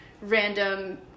random